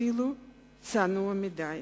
אפילו צנועה מדי.